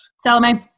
Salome